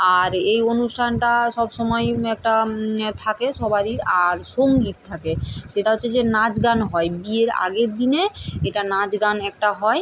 আর এই অনুষ্ঠানটা সব সময়ই একটা থাকে সবারই আর সঙ্গীত থাকে সেটা হচ্ছে যে নাচ গান হয় বিয়ের আগের দিনে এটা নাচ গান একটা হয়